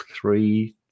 three